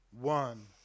one